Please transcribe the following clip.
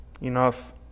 enough